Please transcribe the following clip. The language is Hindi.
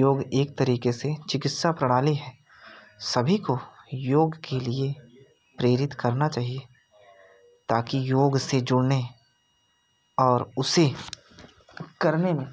योग एक तरीके से चिकित्सा प्रणाली है सभी को योग के लिए प्रेरित करना चाहिए ताकि योग से जुड़ने और उसे करने में